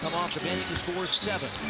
um off the bench to score seven.